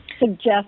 suggest